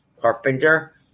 carpenter